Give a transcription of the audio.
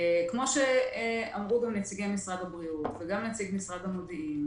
כמו שאמרו נציגי משרד הבריאות וגם נציג המשרד למודיעין,